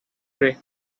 prey